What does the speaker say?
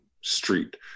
street